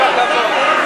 כל הכבוד,